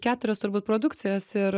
keturias turbūt produkcijos ir